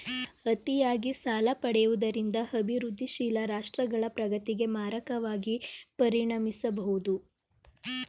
ಅತಿಯಾಗಿ ಸಾಲ ಪಡೆಯುವುದರಿಂದ ಅಭಿವೃದ್ಧಿಶೀಲ ರಾಷ್ಟ್ರಗಳ ಪ್ರಗತಿಗೆ ಮಾರಕವಾಗಿ ಪರಿಣಮಿಸಬಹುದು